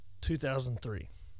2003